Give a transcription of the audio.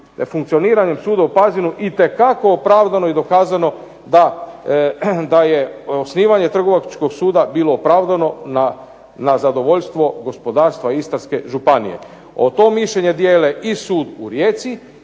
funkcioniranjem suda u Pazinu itekako opravdano i dokazano da je osnivanje trgovačkog suda bilo opravdano na zadovoljstvo gospodarstva Istarske županije. O tom mišljenje dijele i sud u Rijeci,